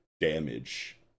damage